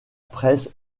presse